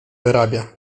wyrabia